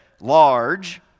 large